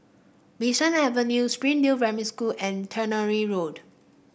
Bee San Avenue Springdale Primary School and Tannery Road